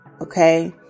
okay